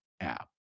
app